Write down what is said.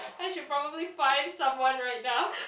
I should probably find someone right now